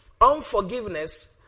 Unforgiveness